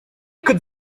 could